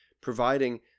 providing